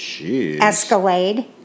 Escalade